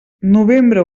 novembre